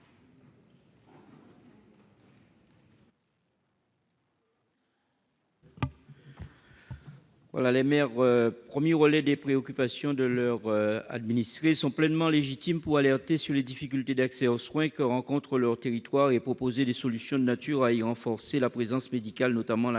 Les maires, premiers relais des préoccupations de leurs administrés, sont pleinement légitimes pour alerter sur les difficultés d'accès aux soins rencontrées dans leurs territoires et pour proposer des solutions susceptibles de renforcer la présence médicale, notamment